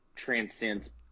transcends